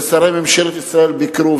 ושרי ממשלת ישראל ביקרו,